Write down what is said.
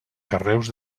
carreus